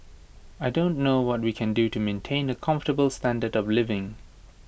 I don't know what we can do to maintain A comfortable standard of living